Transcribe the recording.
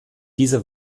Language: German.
diese